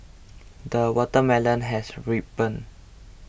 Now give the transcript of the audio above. the watermelon has ripened